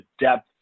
depth